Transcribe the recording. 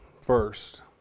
first